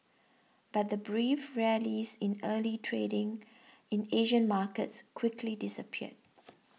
but the brief rallies in early trading in Asian markets quickly disappeared